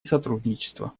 сотрудничество